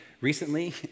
recently